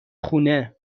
خونه